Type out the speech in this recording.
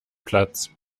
platz